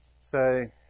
Say